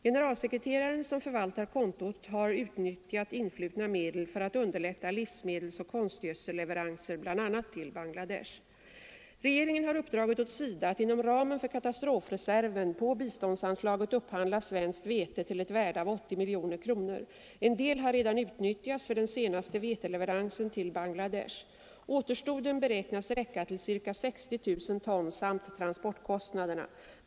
Generalsekreteraren, som förvaltar kontot, har utnyttjat influtna medel för att underlätta livsmedelsoch konstgödselleveranser, bl.a. till Bangladesh. Regeringen har uppdragit åt SIDA att inom ramen för katastrofreserven på biståndsanslaget upphandla svenskt vete till ett värde av 80 miljoner kronor. En del har redan utnyttjats för den senaste veteleveransen till Bangladesh. Återstoden beräknas räcka till ca 60 000 ton samt transportkostnaderna.